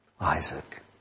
Isaac